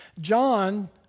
John